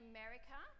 America